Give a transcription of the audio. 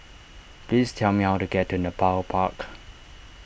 please tell me how to get to Nepal Park